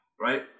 right